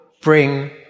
bring